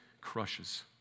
crushes